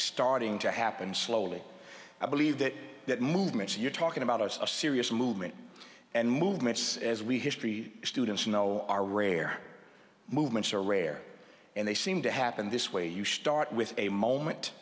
starting to happen slowly i believe that that movement you're talking about of a serious movement and movements as we history students you know are rare movements are rare and they seem to happen this way you start with a moment